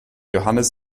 johannes